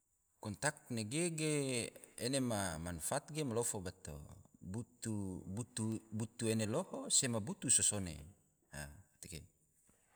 Kontak nege ge ene ma manfaat ge malofo bato, butu ene loho, sema butu so sone. a tege